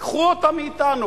קחו אותן מאתנו.